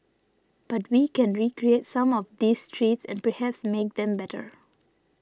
but we can recreate some of these treats and perhaps make them better